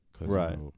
Right